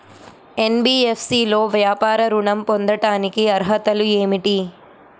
NBFC లో వ్యాపార ఋణం పొందటానికి అర్హతలు ఏమిటీ?